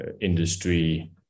industry